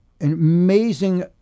amazing